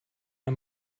mir